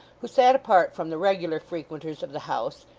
who sat apart from the regular frequenters of the house,